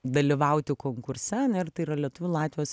dalyvauti konkurse tai yra lietuvių latvijos